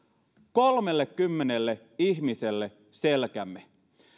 kolmellekymmenelle ihmiselle selkämme